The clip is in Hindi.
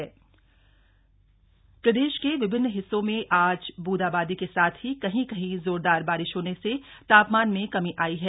मौसम प्रदेश के विभिन्न हिस्सों में आज बूंदा बांदी के साथ ही कहीं कहीं जोरदार बारिश होने से तापमान में कमी आयी है